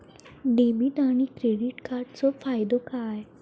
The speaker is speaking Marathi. डेबिट आणि क्रेडिट कार्डचो फायदो काय?